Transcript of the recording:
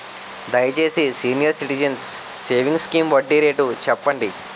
దయచేసి senior citizens savings scheme వడ్డీ rate చెప్పండి